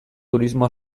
turismo